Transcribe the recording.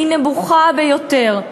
נמוכה ביותר.